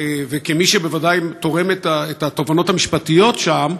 וכמי שבוודאי תורמת את התובנות המשפטיות שם,